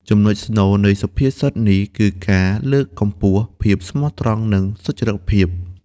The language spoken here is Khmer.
ចំណុចស្នូលនៃសុភាសិតនេះ គឺការលើកកម្ពស់ ភាពស្មោះត្រង់ និង សុច្ចរិតភាព។